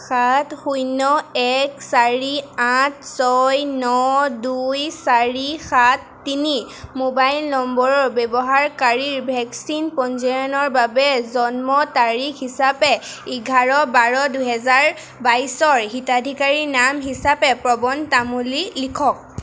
সাত শূণ্য এক চাৰি আঠ ছয় ন দুই চাৰি সাত তিনি মোবাইল নম্বৰৰ ব্যৱহাৰকাৰীৰ ভেকচিন পঞ্জীয়নৰ বাবে জন্ম তাৰিখ হিচাপে এঘাৰ বাৰ দুহেজাৰ বাইছৰ আৰু হিতাধিকাৰী নাম হিচাপে প্ৰণৱ তামুলী লিখক